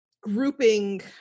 grouping